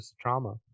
trauma